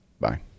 Bye